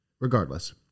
Regardless